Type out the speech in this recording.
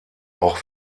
auch